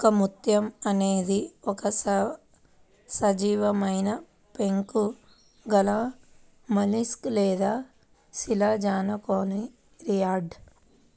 ఒకముత్యం అనేది ఒక సజీవమైనపెంకు గలమొలస్క్ లేదా శిలాజకోనులారియిడ్